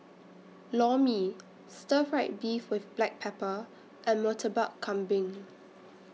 Lor Mee Stir Fried Beef with Black Pepper and Murtabak Kambing